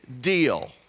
deal